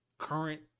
current